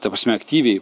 ta prasme aktyviai